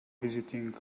visiting